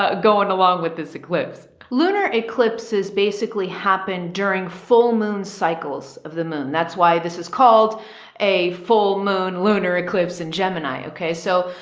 ah going along with this eclipse lunar eclipse is basically happened during full moon cycles of the moon. that's why this is called a a full moon lunar eclipse in gemini. okay. so,